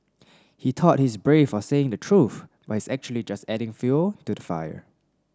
he thought he's brave for saying the truth but he's actually just adding fuel to the fire